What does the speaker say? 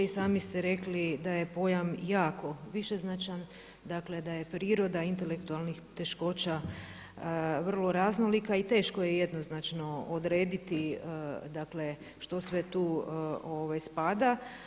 I sami ste rekli da je pojam jako višeznačan, dakle da je priroda intelektualnih teškoća vrlo raznolika i teško je jednoznačno odrediti, dakle što sve tu spada.